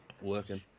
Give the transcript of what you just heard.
working